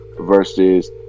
versus